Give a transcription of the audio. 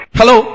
Hello